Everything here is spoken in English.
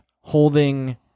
holding